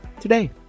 today